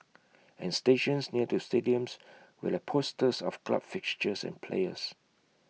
and stations near to stadiums will have posters of club fixtures and players